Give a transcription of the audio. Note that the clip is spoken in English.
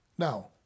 Now